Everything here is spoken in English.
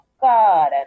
God